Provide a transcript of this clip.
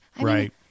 Right